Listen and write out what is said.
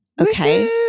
Okay